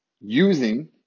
using